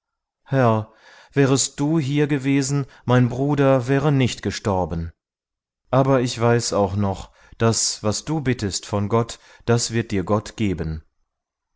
wärest du hier gewesen mein bruder wäre nicht gestorben aber ich weiß auch noch daß was du bittest von gott das wird dir gott geben